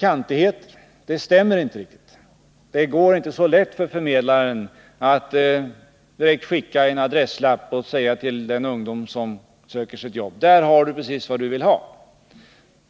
kantigheter. Det stämmer inte riktigt. Det går inte så lätt för förmedlaren att lämna en adresslapp och säga till den ungdom som söker arbete: Där har du 2” precis vad du vill ha.